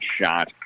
shot